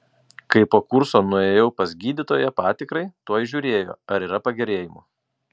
kai po kurso nuėjau pas gydytoją patikrai tuoj žiūrėjo ar yra pagerėjimų